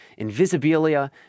Invisibilia